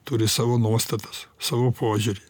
turi savo nuostatas savo požiūrį